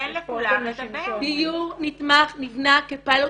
דיון נתמך נבנה כפיילוט